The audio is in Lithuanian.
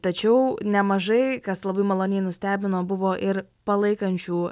tačiau nemažai kas labai maloniai nustebino buvo ir palaikančių